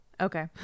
Okay